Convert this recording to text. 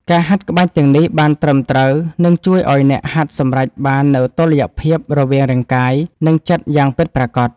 ការហាត់ក្បាច់ទាំងនេះបានត្រឹមត្រូវ នឹងជួយឱ្យអ្នកហាត់សម្រេចបាននូវតុល្យភាពរវាងរាងកាយ និងចិត្តយ៉ាងពិតប្រាកដ។